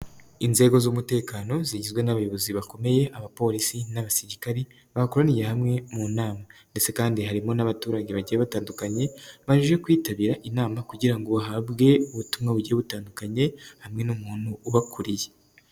Inzego z'umutekano zigizwe n'abayobozi bakomeye, abapolisi n'abasirikari bakoraniye hamwe mu nama. Ndetse kandi harimo n'abaturage bagiye batandukanye baje kwitabira inama kugira ngo bahabwe ubutumwa bugiye butandukanye hamwe n'umuntu ubakuriye.